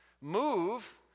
move